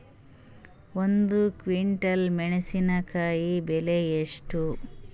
ಒಂದು ಕ್ವಿಂಟಾಲ್ ಮೆಣಸಿನಕಾಯಿ ಬೆಲೆ ಎಷ್ಟು?